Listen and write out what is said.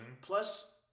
Plus